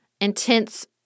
intense